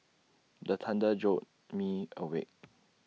the thunder jolt me awake